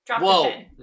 Whoa